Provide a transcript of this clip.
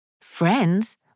Friends